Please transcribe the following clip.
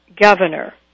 governor